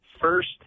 First